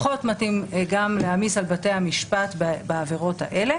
פחות שלם גם להעמיס על בתי המשפט בעבירות האלה,